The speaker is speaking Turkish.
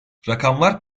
rakamlar